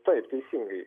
taip teisingai